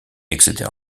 etc